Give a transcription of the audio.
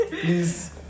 Please